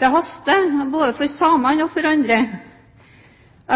Det haster både for samene og for andre